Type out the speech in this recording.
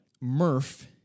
Murph